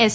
S